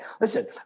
Listen